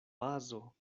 bazo